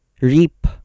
reap